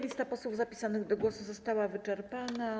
Lista posłów zapisanych do głosu została wyczerpana.